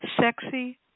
sexy